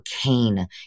cane